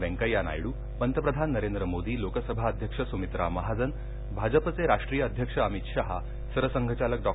वेंकय्या नायडू पंतप्रधान नरेंद्र मोदी लोकसभा अध्यक्ष सुमित्रा महाजन भाजपचे राष्ट्रीय अध्यक्ष अमित शहा सरसंघचालक डॉ